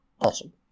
Awesome